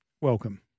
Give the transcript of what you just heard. welcome